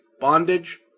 bondage